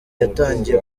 yatangiye